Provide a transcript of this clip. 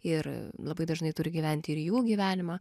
ir labai dažnai turi gyventi ir jų gyvenimą